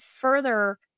further